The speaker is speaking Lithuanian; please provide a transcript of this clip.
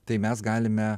tai mes galime